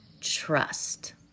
trust